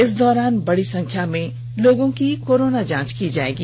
इस दौरान बड़ी संख्या में लोगों की कोरोना जांच की जाएगी